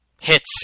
hits